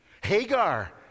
Hagar